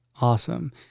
Awesome